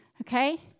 okay